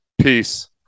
Peace